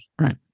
Right